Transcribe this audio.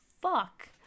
fuck